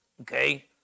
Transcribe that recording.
okay